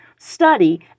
Study